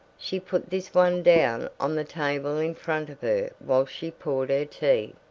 she put this one down on the table in front of her while she poured her tea.